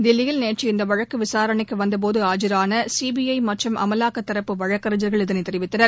தில்லியில் நேற்று இந்த வழக்கு விசாரணைக்கு வந்தபோது ஆஜரான சிபிஐ மற்றும் அமலாக்கத் தரப்பு வழக்கறிஞர்கள் இதனை தெரிவித்தனர்